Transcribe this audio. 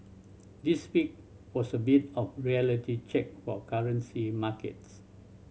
this week was a bit of reality check for currency markets